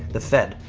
the fed,